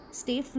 stay